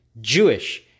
Jewish